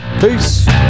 Peace